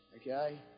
okay